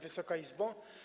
Wysoka Izbo!